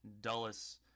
Dulles